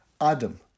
Adam